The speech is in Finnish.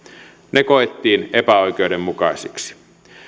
ne koettiin epäoikeudenmukaisiksi